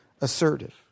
assertive